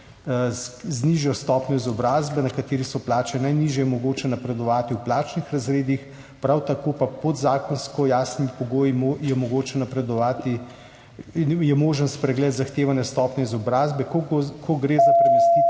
z nižjo stopnjo izobrazbe, na katerih so plače najnižje, je mogoče napredovati v plačnih razredih, prav tako pa je pod zakonsko jasnimi pogoji možen spregled zahtevane stopnje izobrazbe, ko gre za premestitve